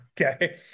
Okay